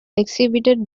exhibited